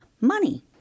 money